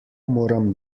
moram